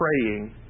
praying